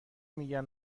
میگن